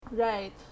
Right